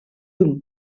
hume